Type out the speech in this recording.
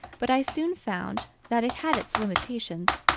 but i soon found that it had its limitations,